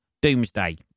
doomsday